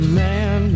man